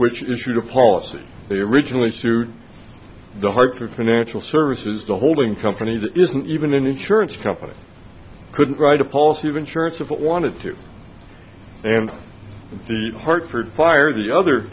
which issued a policy they originally sued the heart for financial services the holding company that isn't even an insurance company couldn't write a policy of insurance of wanted too and the hartford fire the other